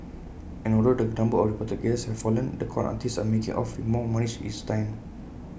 and although the number of reported cases has fallen the con artists are making off with more money each time